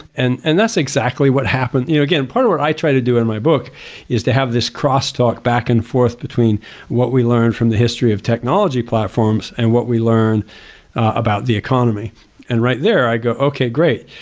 and and that's exactly what happened you know, again, part of what i try to do in my book is to have this cross talk back and forth between what we learned from the history of technology platforms and what we learned about the economy and right there i go, okay, great.